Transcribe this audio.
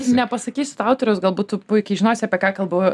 nepasakysiu tau autorius gal būt tu puikiai žinosi apie ką kalbu